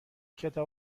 کتاب